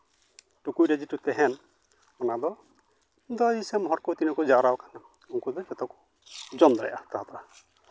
ᱴᱩᱠᱩᱡ ᱨᱮ ᱡᱮᱴᱟ ᱛᱟᱦᱮᱱ ᱚᱱᱟ ᱫᱚ ᱚᱱᱟᱫᱚ ᱫᱤᱥᱚᱢ ᱦᱚᱲ ᱠᱚ ᱛᱤᱱᱟᱹᱜ ᱠᱚ ᱡᱟᱣᱨᱟ ᱟᱠᱟᱱᱟ ᱩᱱᱠᱩ ᱫᱚ ᱡᱚᱛᱚ ᱠᱚ ᱡᱚᱢ ᱫᱟᱲᱮᱭᱟᱜᱼᱟ ᱦᱟᱛᱟᱣ ᱠᱟᱛᱮᱫ